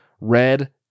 red